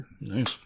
Nice